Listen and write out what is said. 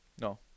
No